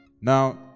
Now